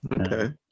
Okay